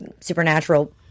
supernatural